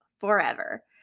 forever